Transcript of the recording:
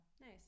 nice